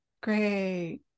great